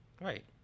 Right